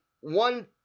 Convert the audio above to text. one